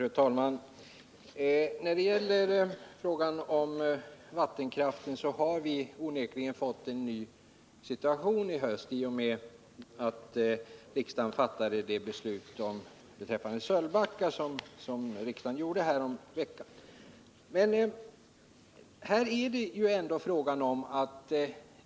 Fru talman! När det gäller vattenkraft har vi onekligen fått en ny situation i höst i och med att riksdagen fattade sitt beslut om Sölvbacka häromveckan.